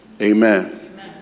amen